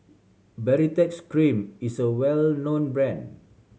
Baritex Cream is a well known brand